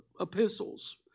epistles